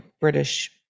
British